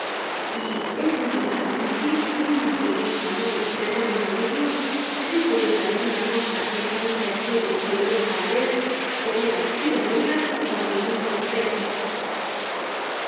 y es mucho más difícil que un receloso español de término medio se dé cuenta de que una cosa está dicha en serio y en broma a la vez de veras y de burlas y bajo el mismo respecto